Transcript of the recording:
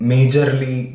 Majorly